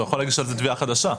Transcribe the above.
הוא יכול להגיש תביעה חדשה.